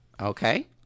okay